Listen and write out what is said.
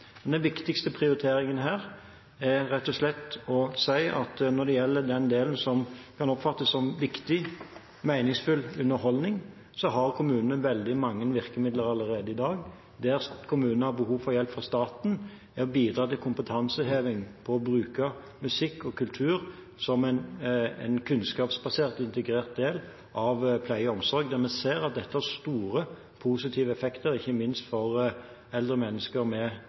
er rett og slett at når det gjelder den delen som kan oppfattes som viktig og meningsfull underholdning, har kommunene allerede i dag veldig mange virkemidler. Det kommunene har behov for hjelp fra staten til, er å bidra til kompetanseheving i å bruke musikk og kultur som en kunnskapsbasert, integrert del av pleie og omsorg. Vi ser at dette har store, positive effekter, ikke minst for eldre mennesker med